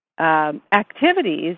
activities